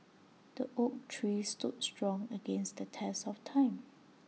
the oak tree stood strong against the test of time